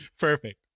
Perfect